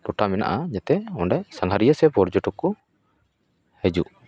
ᱴᱚᱴᱷᱟ ᱢᱮᱱᱟᱜᱼᱟ ᱡᱟᱛᱮ ᱚᱸᱰᱮ ᱥᱟᱜᱷᱟᱨᱤᱭᱟᱹ ᱥᱮ ᱯᱚᱨᱡᱚᱴᱚᱠ ᱠᱚ ᱦᱤᱡᱩᱜ